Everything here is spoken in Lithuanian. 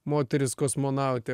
moteris kosmonautė